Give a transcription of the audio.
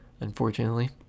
unfortunately